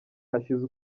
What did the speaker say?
hashize